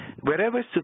wherever